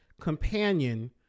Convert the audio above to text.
companion